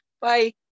bye